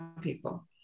people